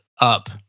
up